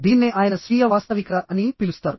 దీన్నే ఆయన స్వీయ వాస్తవికత అని పిలుస్తారు